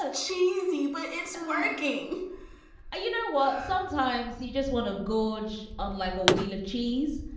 ah cheesy, but it's working you know what? sometimes you just want to gorge. unlike a wheel of cheese.